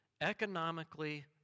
economically